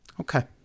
okay